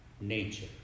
Nature